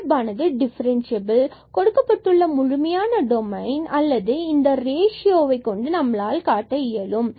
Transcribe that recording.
சார்பானது டிஃபரண்ட்சியபில் கொடுக்கப்பட்டுள்ள முழுமை டொமைன் அல்லது நாம் இந்த ரேஷ்யோவையும் காட்ட இயலும்